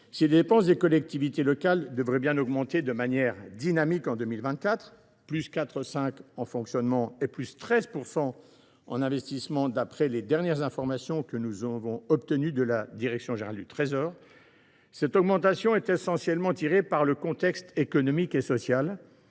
les dépenses des collectivités locales doivent bien augmenter de manière dynamique en 2024, de 4,5 % en fonctionnement et de 13 % en investissement, d’après les dernières informations que nous avons obtenues de la direction générale du Trésor, cette augmentation est essentiellement tirée par le contexte économique et social